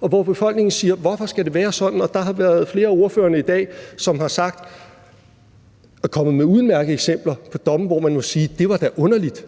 og hvor befolkningen siger: Hvorfor skal det være sådan? Og flere af ordførerne i dag er kommet med udmærkede eksempler på domme, hvor man må sige: Det var da underligt.